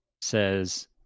says